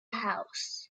house